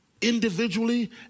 individually